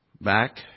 Back